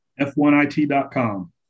F1IT.com